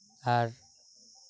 ᱟᱨ